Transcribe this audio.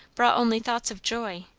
brought only thoughts of joy.